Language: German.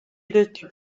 wedelte